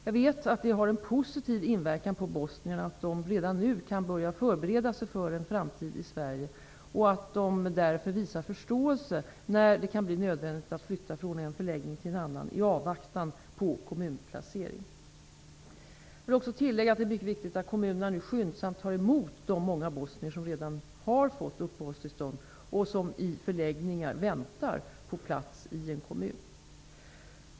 Jag vet att det har en positiv inverkan på bosnierna att de redan nu kan börja förbereda sig för en framtid i Sverige och att de därför visar förståelse när det kan bli nödvändigt att flytta från en förläggning till en annan i avvaktan på kommunplacering. Jag vill också tillägga, att det är myckt viktigt att kommunerna nu skyndsamt tar emot de många bosnier som redan har fått uppehållstillstånd och som i förläggningar väntar på plats i en kommun.